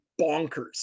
bonkers